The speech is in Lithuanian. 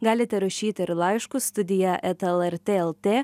galite rašyti ir laiškus studija eta lrt lt